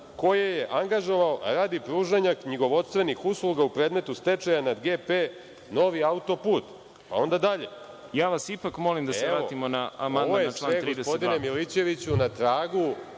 koje je angažovao radi pružanja knjigovodstvenih usluga u predmetu stečaja nad GP Novi autoput. Pa, onda dalje. **Đorđe Milićević** Ipak vas molim da se vratimo na amandman na član 32.